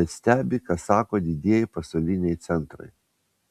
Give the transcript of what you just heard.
bet stebi ką sako didieji pasauliniai centrai